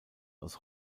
aus